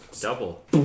Double